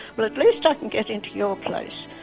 well, at least i can get into your place.